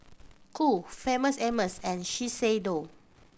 Qoo Famous Amos and Shiseido